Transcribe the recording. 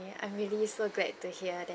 I'm really so glad to hear that